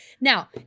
Now